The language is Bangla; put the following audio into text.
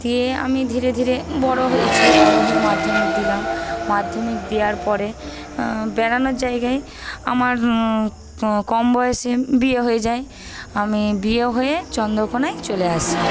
দিয়ে আমি ধীরে ধীরে বড়ো হয়েছি বড়ো হয়ে মাধ্যমিক দিলাম মাধ্যমিক দেওয়ার পরে বেড়ানোর জায়গায় আমার কম বয়সে বিয়ে হয়ে যায় আমি বিয়ে হয়ে চন্দ্রকোণায় চলে আসি